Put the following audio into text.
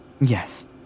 Yes